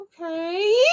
Okay